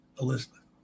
Elizabeth